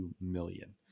million